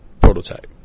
prototype